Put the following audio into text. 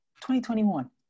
2021